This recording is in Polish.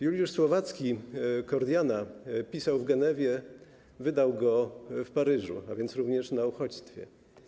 Juliusz Słowacki „Kordiana” pisał w Genewie, wydał go w Paryżu, a więc również na uchodźstwie.